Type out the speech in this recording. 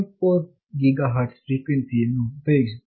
4 gigahertz frequency ಯನ್ನು ಉಪಯೋಗಿಸುತ್ತದೆ